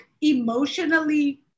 emotionally